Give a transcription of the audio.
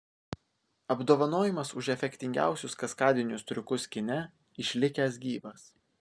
apdovanojimas už efektingiausius kaskadinius triukus kine išlikęs gyvas